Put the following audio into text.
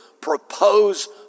propose